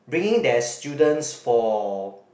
bringing their students for